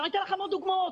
אציג לכם עוד דוגמאות.